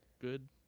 good